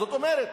זאת אומרת,